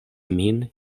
min